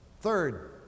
Third